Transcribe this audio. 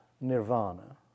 nirvana